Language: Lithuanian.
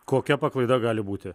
kokia paklaida gali būti